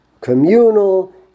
communal